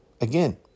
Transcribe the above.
Again